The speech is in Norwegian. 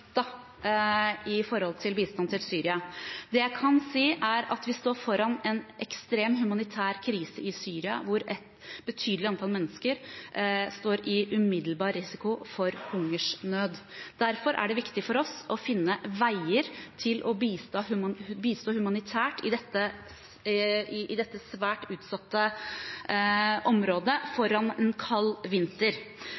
i forbindelse med bistand til Syria. Det jeg kan si, er at vi står foran en ekstrem humanitær krise i Syria, hvor et betydelig antall mennesker står i umiddelbar risiko for hungersnød. Derfor er det viktig for oss å finne veier til å bistå humanitært i dette svært utsatte området foran en kald vinter. Da vil jeg også understreke at det er svært